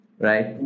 right